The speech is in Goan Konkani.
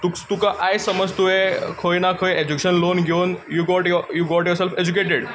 तुका आयज समज तुवें खंय ना खंय एज्युकेशन लोन घेवून you got your you got yourself educated